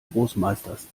großmeisters